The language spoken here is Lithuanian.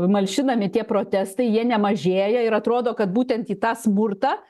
malšinami tie protestai jie nemažėja ir atrodo kad būtent į tą smurtą